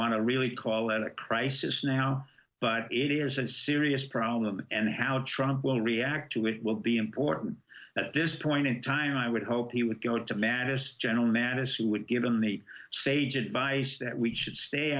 want to really call it a crisis now but it is a serious problem and how trump will react to it will be important at this point in time i would hope he would go to mass general mattis who would give him the sage advice that we should stay